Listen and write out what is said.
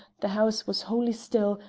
the house was wholly still,